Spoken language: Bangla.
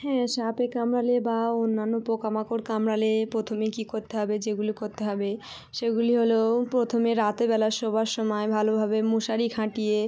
হ্যাঁ সাপে কামড়ালে বা অন্যান্য পোকা মাকড় কামড়ালে প্রথমে কী করতে হবে যেগুলো করতে হবে সেগুলি হলো প্রথমে রাতের বেলা শোবার সময় ভালোভাবে মশারি খাটিয়ে